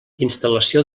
instal·lació